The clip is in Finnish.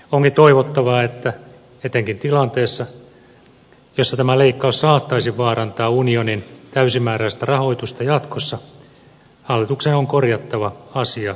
onkin toivottavaa että etenkin tilanteessa jossa tämä leikkaus saattaisi vaarantaa unionin täysimääräistä rahoitusta jatkossa hallituksen on korjattava asia lisäbudjettien kautta